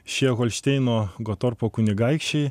šie holšteino gotorpo kunigaikščiai